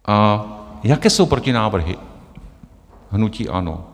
A jaké jsou protinávrhy hnutí ANO?